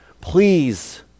please